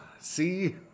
see